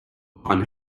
upon